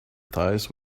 thighs